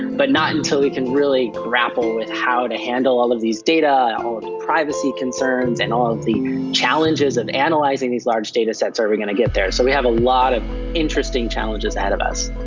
but not until we can really grapple with how to handle all of these data, all of the privacy concerns and all of the challenges of and like analysing these large datasets are we going to get there. so we have a lot of interesting challenges ahead of us.